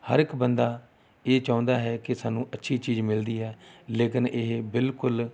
ਹਰ ਇੱਕ ਬੰਦਾ ਇਹ ਚਾਹੁੰਦਾ ਹੈ ਕਿ ਸਾਨੂੰ ਅੱਛੀ ਚੀਜ਼ ਮਿਲਦੀ ਆ ਲੇਕਿਨ ਇਹ ਬਿਲਕੁਲ